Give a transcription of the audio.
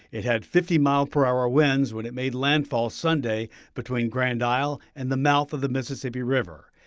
it had fifty mile per hour winds when it made land fall sunday between grand isle and the mouth of the mississippi river.